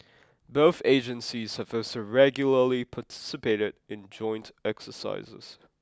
both agencies have also regularly participated in joint exercises